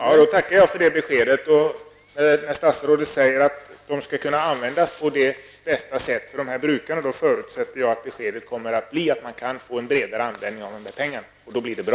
Fru talman! Jag tackar för beskedet. Statsrådet säger att pengarna skall kunna användas på bästa möjliga sätt för jordbrukarna, och då förutsätter jag att beskedet kommer att bli att man skall få en bredare användning av pengarna. Då blir det bra!